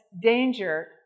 danger